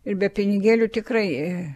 ir be pinigėlių tikrai ee